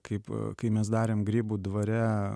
kaip kai mes darėm grybų dvare